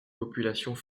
populations